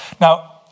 Now